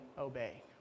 obey